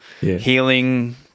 healing